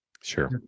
Sure